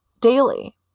daily